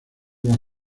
las